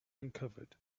uncovered